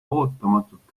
ootamatult